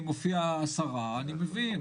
אם מופיעה השרה, אני מבין.